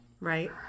Right